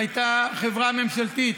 היא הייתה חברה ממשלתית,